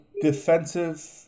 defensive